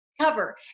cover